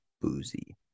boozy